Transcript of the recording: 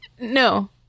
No